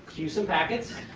use some packets.